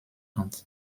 kant